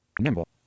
Nimble